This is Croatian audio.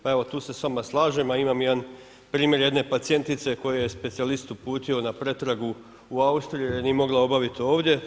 Pa evo, tu se s vama slažem, a imam jedan primjer jedne pacijentice, koju je specijalist uputio na pretragu u Austriju, jer je nije mogao obaviti ovdje.